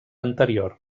anterior